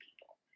people